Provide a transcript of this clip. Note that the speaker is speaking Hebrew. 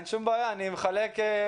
אין שום בעיה, אני בשמחה מחלק יקירות.